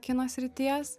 kino srities